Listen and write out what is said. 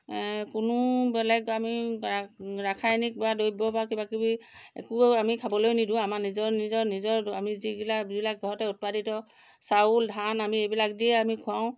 কোনো বেলেগ আমি ৰাসায়নিক বা দ্ৰব্য বা কিবাকিবি একো আমি খাবলৈ নিদিওঁ আমাৰ নিজৰ নিজৰ নিজৰ আমি যিবিলাক যিবিলাক ঘৰতে উৎপাদিত চাউল ধান আমি এইবিলাক দিয়ে আমি খুৱাওঁ